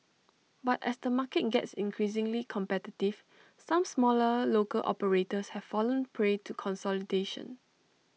but as the market gets increasingly competitive some smaller local operators have fallen prey to consolidation